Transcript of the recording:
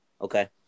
Okay